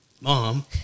mom